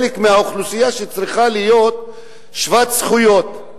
חלק מהאוכלוסייה שצריכה להיות שוות זכויות.